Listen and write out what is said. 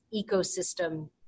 ecosystem